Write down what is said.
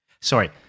sorry